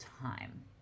time